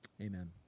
Amen